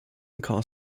car